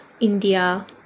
India